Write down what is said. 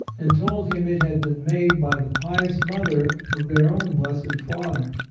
and told him it had been made by the pious mother of their own blessed father.